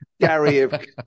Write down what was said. Gary